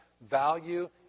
value